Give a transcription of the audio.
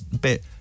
bit